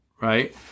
right